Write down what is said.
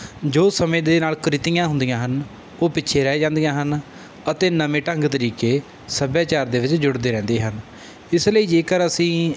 ਜੋ ਸਮੇਂ ਦੇ ਨਾਲ ਕੁਰੀਤੀਆਂ ਹੁੰਦੀਆਂ ਹਨ ਉਹ ਪਿੱਛੇ ਰਹਿ ਜਾਂਦੀਆਂ ਹਨ ਅਤੇ ਨਵੇਂ ਢੰਗ ਤਰੀਕੇ ਸਭਿਆਚਾਰ ਦੇ ਵਿੱਚ ਜੁੜਦੇ ਰਹਿੰਦੇ ਹਨ ਇਸ ਲਈ ਜੇਕਰ ਅਸੀਂ